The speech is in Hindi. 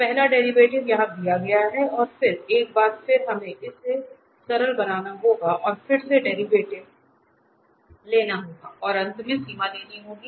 तो पहला डेरिवेटिव यहां दिया गया है फिर एक बार फिर हमें इसे सरल बनाना होगा और फिर से डेरिवेटिव लेना होगा और अंत में सीमा लेनी होगी